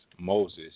Moses